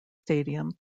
stadium